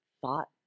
thought